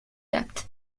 depth